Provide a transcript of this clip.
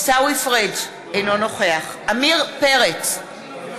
אינו נוכח עמיר פרץ, אינו נוכח נורית